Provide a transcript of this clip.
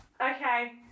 Okay